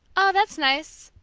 oh, that's nice!